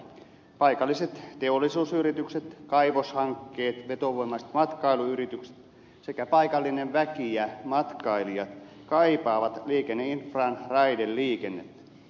paikalliset teollisuusyritykset kaivoshankkeet vetovoimaiset matkailuyritykset sekä paikallinen väki ja matkailijat kaipaavat liikenneinfraan raideliikennettä